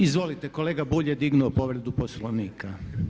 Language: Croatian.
Izvolite, kolega Bulj je dignuo povredu Poslovnika.